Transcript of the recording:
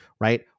right